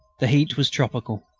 the heat was tropical.